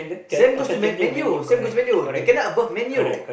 same goes to Man Man-U same goes to Man-U they cannot above Man-U